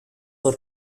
for